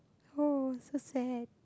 oh so sad